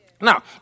Now